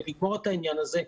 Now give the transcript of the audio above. לגמור את העניין הזה.